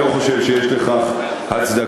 אני לא חושב שיש לכך הצדקה.